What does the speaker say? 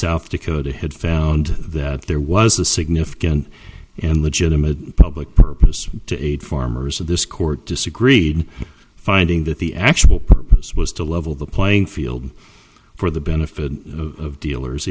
south dakota had found that there was a significant and legitimate public purpose to aid farmers of this court disagreed finding that the actual purpose was to level the playing field for the benefit of dealers